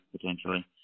potentially